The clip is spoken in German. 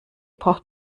braucht